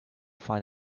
find